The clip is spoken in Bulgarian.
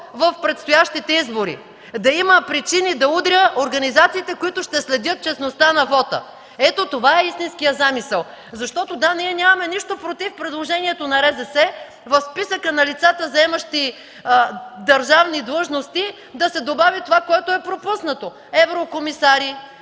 в предстоящите избори, да има причини да удря организациите, които ще следят честността на вота. Ето това е истинският замисъл. Защото – да, ние нямаме нищо против предложението на РЗС в списъка на лицата, заемащи държавни длъжности, да се добави това, което е пропуснато – еврокомисари,